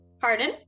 Pardon